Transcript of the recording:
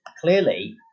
clearly